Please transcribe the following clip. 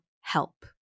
HELP